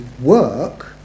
work